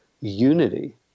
unity